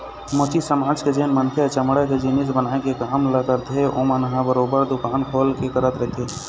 मोची समाज के जेन मनखे ह चमड़ा के जिनिस बनाए के काम ल करथे ओमन ह बरोबर दुकान खोल के करत रहिथे